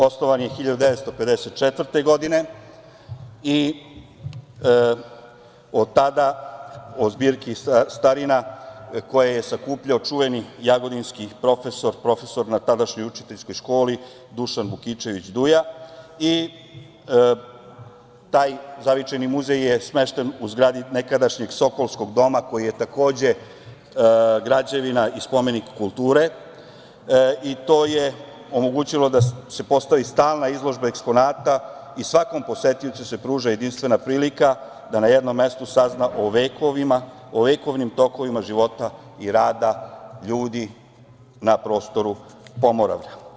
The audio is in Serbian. Osnovan je 1954. godine i od tada o zbirki starina koje je sakupljao čuveni jagodinski profesor u tadašnjoj učiteljskoj školi Dušan Vukičević Duja i taj Zavičajni muzej je smešten u zgradi nekadašnjeg Sokolskog doma, koji je, takođe, građevina i spomenik kulture i to je omogućilo da se postavi stalna izložba eksponata i svakom posetiocu se pruža jedinstvena prilika da na jednom mestu sazna o vekovnim tokovima života i rada ljudi na prostoru Pomoravlja.